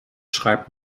schreibt